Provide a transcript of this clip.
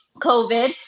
COVID